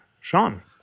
Sean